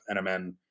NMN